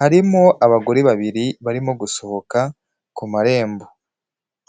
harimo abagore babiri barimo gusohoka ku marembo.